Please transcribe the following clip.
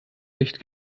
licht